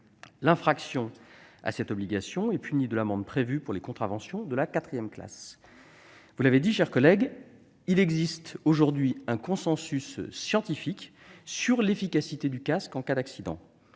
L'infraction à cette obligation est punie de l'amende prévue pour les contraventions de la quatrième classe. Comme vous l'avez dit, cher collègue, il existe un consensus scientifique sur l'efficacité du casque en cas d'accident